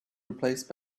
replaced